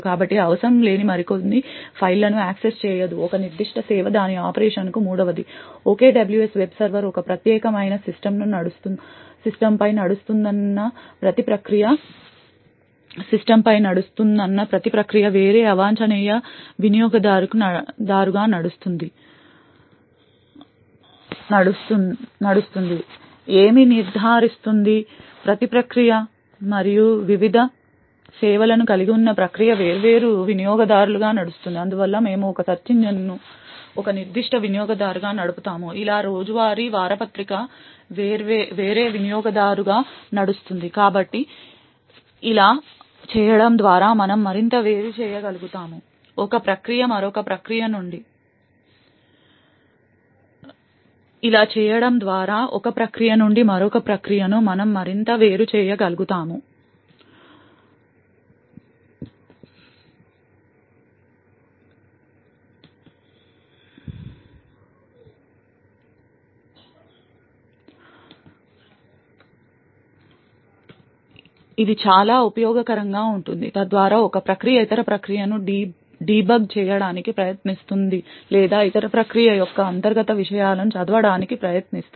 కాబట్టి అవసరం లేని మరికొన్ని ఫైల్లను యాక్సెస్ చేయదు ఒక నిర్దిష్ట సేవ దాని ఆపరేషన్కు మూడవది OKWS వెబ్ సర్వర్ ఒక ప్రత్యేకమైన సిస్టమ్పై నడుస్తున్నందున ప్రతి ప్రక్రియ వేరే అవాంఛనీయ వినియోగదారుగా నడుస్తుంది ఏమి నిర్ధారిస్తుంది ప్రతి ప్రక్రియ మరియు వివిధ సేవలను కలిగి ఉన్న ప్రక్రియ వేర్వేరు వినియోగదారులుగా నడుస్తుంది అందువల్ల మేము ఒక సెర్చ్ ఇంజిన్ను ఒక నిర్దిష్ట వినియోగదారుగా నడుపుతాము అలాగే రోజువారీ వార్తాపత్రిక వేరే వినియోగదారుగా నడుస్తుంది కాబట్టి ఇలా చేయడం ద్వారా ప్రక్రియ మరొక ప్రక్రియ నుండి మనం మరింత వేరుచేయగలుగుతాము ఇది చాలా ఉపయోగకరంగా ఉంటుంది తద్వారా ఒక ప్రక్రియ ఇతర ప్రక్రియను డీబగ్ చేయడానికి ప్రయత్నిస్తుంది లేదా ఇతర ప్రక్రియ యొక్క అంతర్గత విషయాలను చదవడానికి ప్రయత్నిస్తుంది